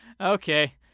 okay